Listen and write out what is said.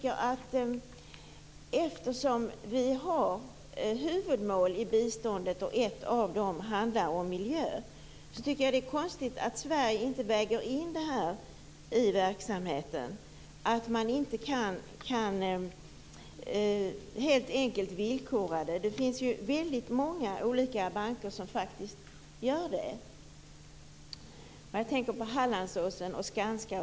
Eftersom ett av huvudmålen i biståndet handlar om miljö tycker jag att det är konstigt att Sverige inte väger in dessa krav i verksamheten, att man inte helt enkelt villkorar garantier och krediter. Många olika banker gör faktiskt det. Jag tänker då på Hallandsåsen och Skanska.